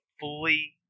fully